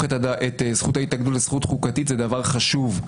את זכות ההתאגדות לזכות חוקתית זה דבר חשוב,